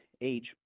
age